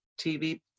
TV